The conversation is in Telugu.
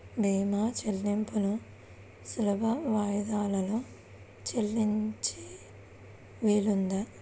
భీమా చెల్లింపులు సులభ వాయిదాలలో చెల్లించే వీలుందా?